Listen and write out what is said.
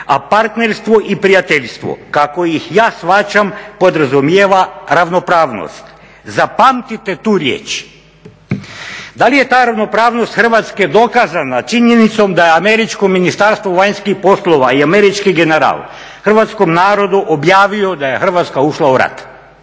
a partnerstvo i prijateljstvo kako ih ja shvaćam podrazumijeva ravnopravnost. Zapamtite tu riječ." Da li je ta ravnopravnost Hrvatske dokazana činjenicom da je američko Ministarstvo vanjskih poslova i američki general hrvatskom narodu objavio da je Hrvatska ušla u rat,